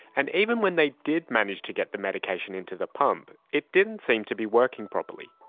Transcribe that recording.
and even when they did manage to get the medication into the pump, it didn't seem to be working properly.